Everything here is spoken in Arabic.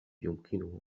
يمكنه